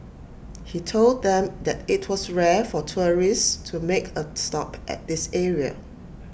he told them that IT was rare for tourists to make A stop at this area